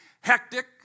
hectic